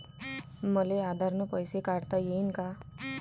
मले आधार न पैसे काढता येईन का?